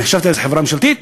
אני חשבתי אז על חברה ממשלתית.